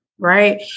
Right